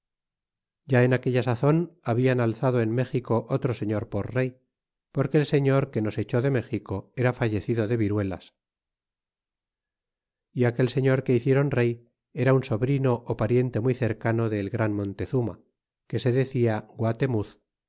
ya en aquella sazon hablan alzado en méxico otro señor por rey porque el señor que nos echó de méxico era fallecido de viruelas y aquel señor que hiciéron rey era un sobrino pariente muy cercano de el gran montezuma que se decia guatemuz